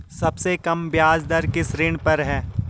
सबसे कम ब्याज दर किस ऋण पर है?